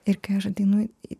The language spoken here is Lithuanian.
ir kai aš ateinu į